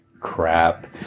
crap